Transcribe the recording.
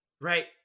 Right